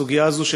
הסוגיה הזאת,